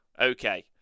Okay